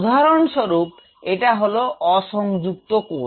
উদাহরণস্বরূপ এটা হল অসংযুক্ত কোষ